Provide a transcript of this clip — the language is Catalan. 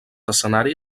escenari